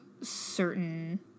certain